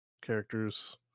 characters